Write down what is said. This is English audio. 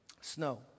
snow